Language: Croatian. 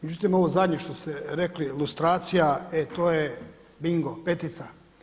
Međutim, ovo zadnje što ste rekli lustracija, e to je bingo, petica.